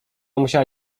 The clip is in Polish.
musiała